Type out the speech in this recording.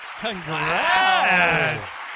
Congrats